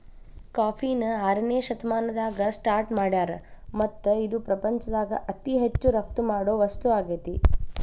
ಕಾಫಿನ ಆರನೇ ಶತಮಾನದಾಗ ಸ್ಟಾರ್ಟ್ ಮಾಡ್ಯಾರ್ ಮತ್ತ ಇದು ಪ್ರಪಂಚದಾಗ ಅತಿ ಹೆಚ್ಚು ರಫ್ತು ಮಾಡೋ ವಸ್ತು ಆಗೇತಿ